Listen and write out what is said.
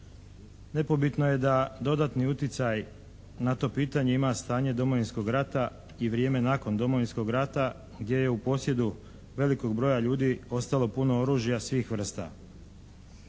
Nepobitno je da dodatni utjecaj na to pitanje ima stanje Domovinskog rata i vrijeme nakon Domovinskog rata gdje je u posjedu velikog broja ljudi ostalo puno oružja svih vrsta.